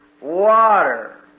water